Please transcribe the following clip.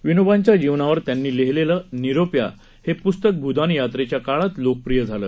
विनोबांच्या जीवनावर त्यांनी लिहिलेलं निरोप्या हे पुस्तक भूदान यात्रेच्या काळात लोकप्रिय झालं